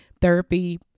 therapy